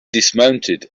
dismounted